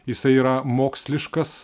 jisai yra moksliškas